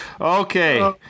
Okay